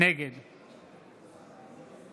נגד